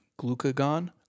glucagon